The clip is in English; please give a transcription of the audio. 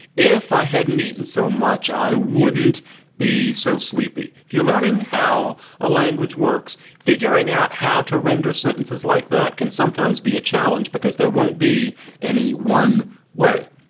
if i hadn't eaten so much, i wouldn't be so sleepy. if you're learning how a language works, figuring out how to render sentences like that can sometimes be a challenge because there won't be any one way.